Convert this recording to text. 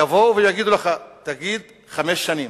יבואו ויגידו לך: תגיד חמש שנים,